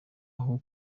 aho